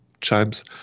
chimes